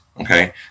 okay